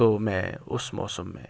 تو میں اس موسم میں